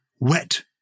wet